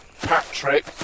Patrick